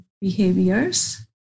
behaviors